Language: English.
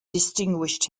distinguished